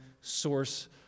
source